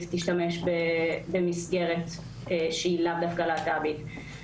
תשתמש במסגרת שהיא לאו דווקא להט"בית?